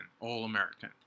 All-American